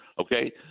okay